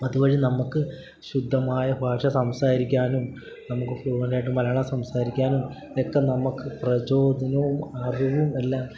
അതുവഴി നമുക്ക് ശുദ്ധമായ ഭാഷ സംസാരിക്കാനും നമുക്ക് കൂടുതലായിട്ട് മലയാളം സംസാരിക്കാനും ഒക്കെ നമുക്ക് പ്രചോദനവും അറിവും എല്ലാം